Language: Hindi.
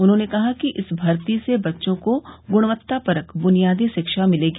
उन्हॉने कहा कि इस भर्ती से बच्चों को गुणवत्तापरक बुनियादी शिक्षा मिलेगी